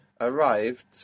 ...arrived